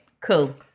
Cool